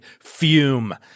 Fume